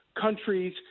countries